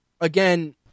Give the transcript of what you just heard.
again